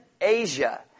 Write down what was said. Asia